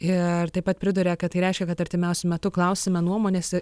ir taip pat priduria kad tai reiškia kad artimiausiu metu klausime nuomonės